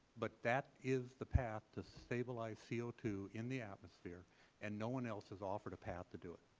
but that is the path to stabilize c o two in the atmosphere and no one else has offered a path to do it.